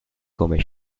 come